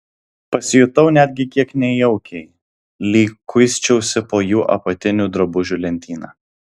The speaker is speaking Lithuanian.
pasijutau netgi kiek nejaukiai lyg kuisčiausi po jų apatinių drabužių lentyną